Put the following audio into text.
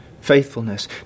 Faithfulness